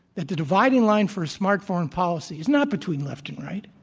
that the dividing line for a smart foreign policy is not between left and right,